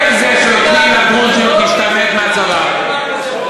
איך זה שנותנים לדרוזיות להשתמט מהצבא?